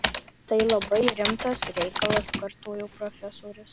tai labai rimtas reikalas kartojo profesorius